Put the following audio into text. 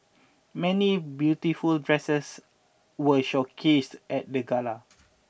many beautiful dresses were showcased at the gala